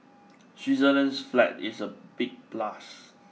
Switzerland's flag is a big plus